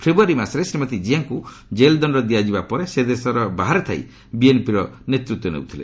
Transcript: ଫେବୂଆରୀ ମାସରେ ଶ୍ରୀମତୀ ଜିଆଙ୍କୁ ଜେଲଦଣ୍ଡ ଦିଆଯିବାପରେ ସେ ଦେଶ ବାହାରେ ଥାଇ ବିଏନ୍ପିର ନେତୃତ୍ୱ ନେଉଥିଲେ